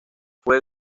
fue